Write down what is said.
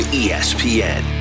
espn